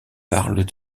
parle